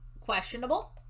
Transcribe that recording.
questionable